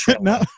No